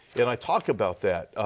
and i talk about that.